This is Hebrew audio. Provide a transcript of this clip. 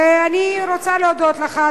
ואני רוצה להודות לך,